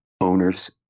owners